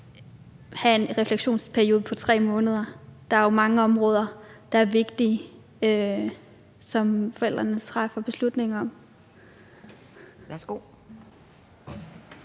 skal have en refleksionsperiode på 3 måneder. Der er jo mange områder, der er vigtige, og som forældrene træffer beslutninger om.